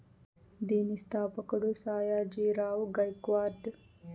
దీని స్థాపకుడు సాయాజీ రావ్ గైక్వాడ్